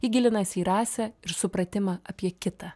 ji gilinasi į rasę ir supratimą apie kitą